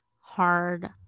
hard